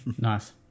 Nice